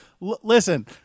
listen